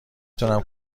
تونم